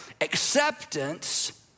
acceptance